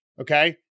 Okay